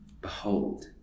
behold